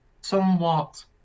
somewhat